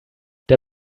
der